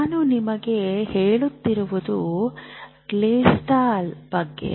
ನಾನು ನಿಮಗೆ ಹೇಳುತ್ತಿರುವುದು ಗೆಸ್ಟಾಲ್ಟ್ ಬಗ್ಗೆ